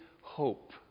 hope